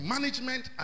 Management